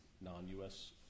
non-U.S